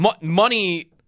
Money